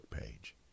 page